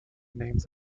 names